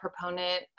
proponent